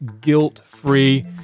guilt-free